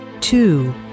two